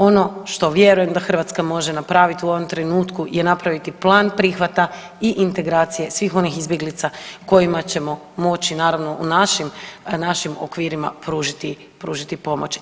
Ono što vjerujem da Hrvatska može napraviti u ovom trenutku je napraviti plan prihvata i integracije svih onih izbjeglica kojima ćemo moći naravno u našim, našim okvirima pružiti, pružiti pomoć.